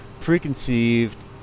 preconceived